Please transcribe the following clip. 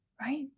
right